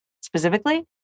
specifically